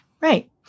Right